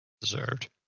Deserved